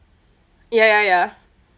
ya ya ya